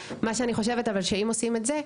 מה שאני חושבת אבל שאם עושים את זה,